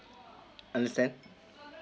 understand